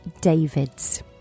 Davids